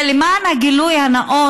למען הגילוי הנאות,